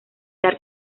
dar